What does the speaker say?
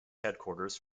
headquarters